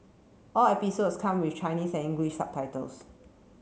all episodes come with Chinese and English subtitles